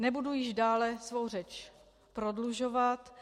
Nebudu již dále svou řeč prodlužovat.